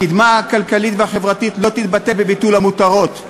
הקדמה הכלכלית והחברתית לא תתבטא בביטול המותרות,